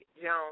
Jones